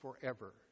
forever